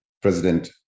President